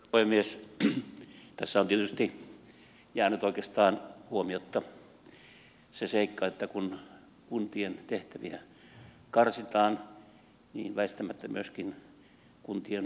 tässä on tietysti jäänyt oikeastaan huomiotta se seikka että kun kuntien tehtäviä karsitaan niin väistämättä myöskin kuntien palvelukyky heikkenee